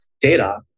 data